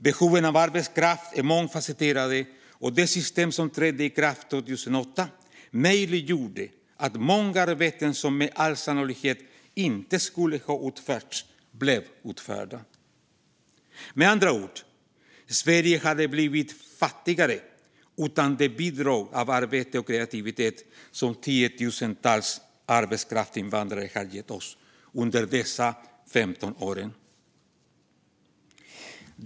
Behovet av arbetskraft är mångfasetterat, och det system som trädde i kraft 2008 möjliggjorde att många arbeten som med all sannolikhet inte skulle ha utförts blev utförda. Med andra ord hade Sverige varit fattigare utan det bidrag av arbete och kreativitet som tiotusentals arbetskraftsinvandrare har gett oss under dessa 15 år.